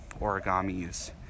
origamis